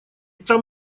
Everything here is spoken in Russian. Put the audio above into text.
там